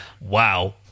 Wow